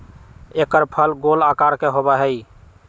एकर फल गोल आकार के होबा हई